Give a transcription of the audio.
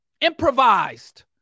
Improvised